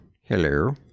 Hello